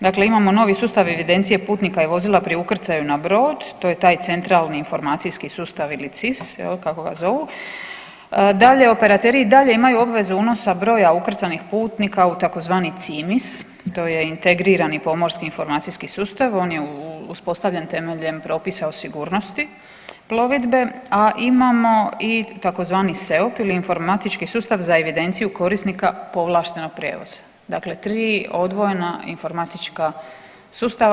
Dakle, imamo novi sustav evidencije putnika i vozila pri ukrcaju na brod, to je taj centralni informacijski sustav ili CIS kako ga zovu, dalje operateri i dalje imaju obvezu unosa broja ukrcanih putnika u tzv. CIMIS to je integrirani pomorski informacijski sustav, on je uspostavljen temeljem propisa o sigurnosti plovidbe, a imamo i tzv. SEOP ili informatički sustav za evidenciju korisnika povlaštenog prijevoza, dakle tri odvojena informatička sustava.